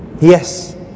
Yes